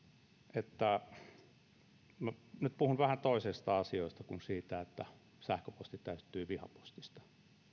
että minä nyt puhun vähän toisista asioista kuin siitä että sähköposti täyttyy vihapostista